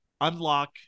Unlock